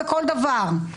בכל דבר.